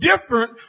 different